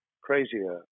crazier